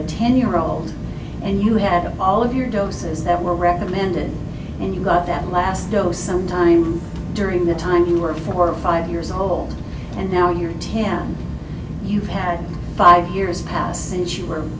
a ten year old and you have all of your doses that were recommended and you got that last dose sometime during the time you were four or five years old and now you're ten you've had five years passed since